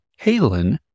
Halen